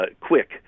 quick